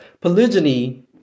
Polygyny